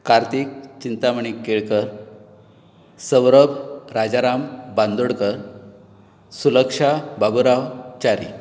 Kartik Chintamani Kelkar Saurabh Rajaram Bandodkar Sulaksha Baburao Chari